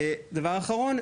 דבר אחרון,